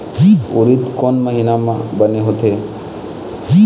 उरीद कोन महीना म बने होथे?